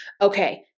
Okay